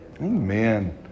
Amen